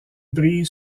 brise